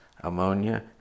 ammonia